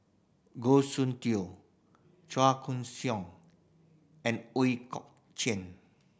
Goh Soon Tioe Chua Koon Siong and Ooi Kok Chuen